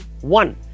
one